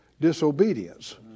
disobedience